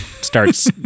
starts